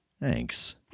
Thanks